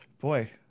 boy